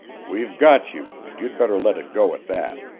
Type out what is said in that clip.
we've got you, and you'd better let it go at that!